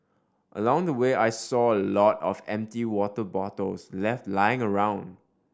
along the way I saw a lot of empty water bottles left lying around